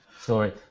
Sorry